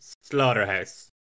Slaughterhouse